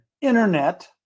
Internet